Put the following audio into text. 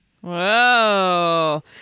Whoa